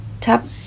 tap